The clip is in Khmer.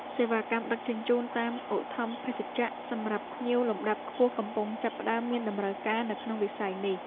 សេវាកម្មដឹកជញ្ជូនតាមឧទ្ធម្ភាគចក្រសម្រាប់ភ្ញៀវលំដាប់ខ្ពស់កំពុងចាប់ផ្តើមមានតម្រូវការនៅក្នុងវិស័យនេះ។